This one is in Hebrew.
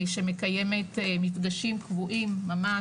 שמקיימת מפגשים קבועים ממש,